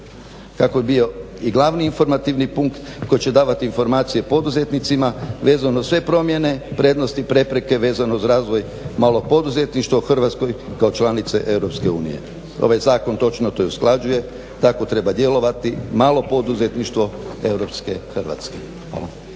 bi bio glavni informativni punkt koji će davati informacije poduzetnicima vezano uz sve promjene, prednosti i prepreke vezano uz razvoj malog poduzetništva u Hrvatskoj kao članice EU. Ovaj zakon točno to i usklađuje tako treba djelovati malo poduzetništvo europske Hrvatske. Hvala.